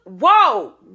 Whoa